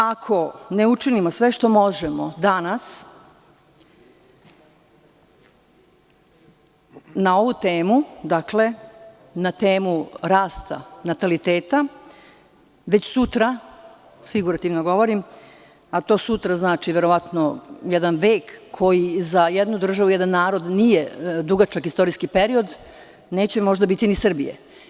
Ako ne učinimo sve što možemo danas na ovu temu, na temu rasta nataliteta, već sutra, figurativno govorim, a to sutra znači verovatno jedan vek, koji za jednu državu i jedan narod nije dugačak istorijski period, neće možda biti ni Srbije.